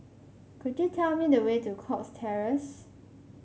could you tell me the way to Cox Terrace